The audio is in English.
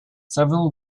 several